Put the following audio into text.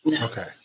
Okay